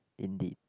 indeed